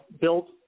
built